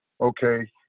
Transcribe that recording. okay